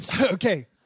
Okay